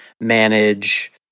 manage